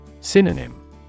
Synonym